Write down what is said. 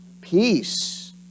Peace